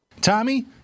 Tommy